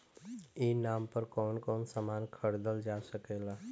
ई नाम पर कौन कौन समान खरीदल जा सकेला?